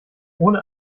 ohne